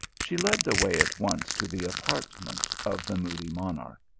she led the way at once to the apartment of the moody monarch.